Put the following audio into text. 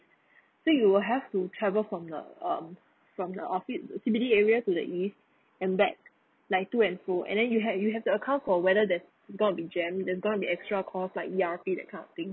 so you'll have to travel from the um from the office C_B_D area to the east and back like two and so and then you have you have to account for whether there's going to be jam there're going to be extra cost like E_R_P that kind of thing